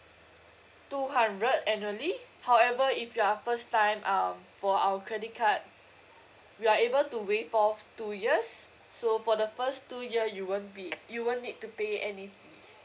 two hundred annually however if you are first time um for our credit card we are able to waive off two years so for the first two year you won't be you won't need to pay any